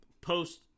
post